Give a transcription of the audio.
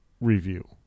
review